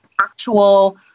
actual